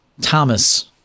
Thomas